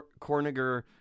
Corniger